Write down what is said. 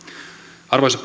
arvoisa